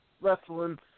Wrestling